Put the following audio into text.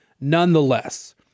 nonetheless